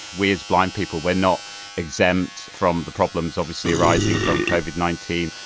we, as blind people, we're not exempt from the problems, obviously, arising from covid nineteen.